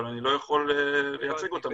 אבל אני לא יכול לייצג אותם,